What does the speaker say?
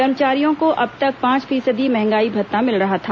कर्मचारियों को अब तक पांच फीसदी महंगाई भत्ता मिल रहा था